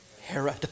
Herod